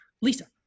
Lisa